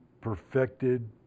perfected